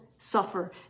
suffer